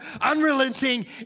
unrelenting